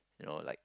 you know like